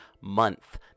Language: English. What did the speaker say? month